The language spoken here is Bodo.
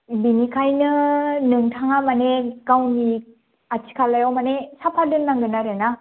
बिनिखायनो नोंथाङा माने गावनि खाथि खालायाव माने साफा दोननांगोन आरो ना